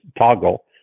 toggle